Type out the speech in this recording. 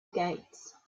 gates